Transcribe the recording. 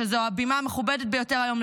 שזו הבימה המכובדת ביותר היום,